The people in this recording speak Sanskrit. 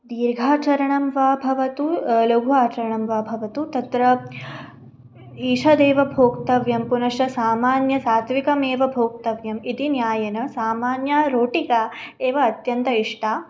दीर्घाचारणं वा भवतु लघु आचरणं वा भवतु तत्र ईशदेव भोक्तव्यं पुनश्च सामान्यं सात्विकमेव भोक्तव्यम् इति न्यायेन सामान्यतया रोटिका एव अत्यन्ता इष्टा